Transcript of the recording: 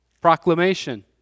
proclamation